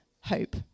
hope